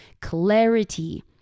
Clarity